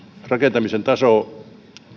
rakentamisen taso